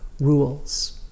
rules